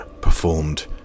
performed